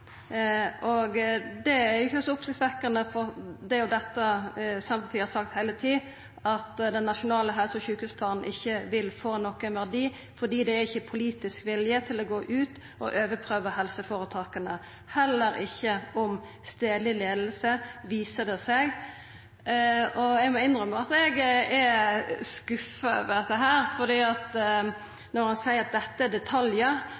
Det er ikkje så oppsiktsvekkjande, for det er dette Senterpartiet har sagt heile tida, at den nasjonale helse- og sjukehusplanen ikkje vil få nokon verdi, fordi det ikkje er politisk vilje til å gå ut og overprøva helseføretaka – heller ikkje når det gjeld stadleg leiing, viser det seg. Eg må innrømma at eg er skuffa over dette. Ein seier at dette er detaljar. Ja, dersom eit parti meiner at dette er detaljar